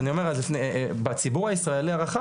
אז אני אומר בציבור הישראלי הרחב,